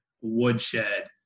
woodshed